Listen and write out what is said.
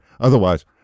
Otherwise